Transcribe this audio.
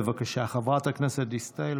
בבקשה, חברת הכנסת דיסטל.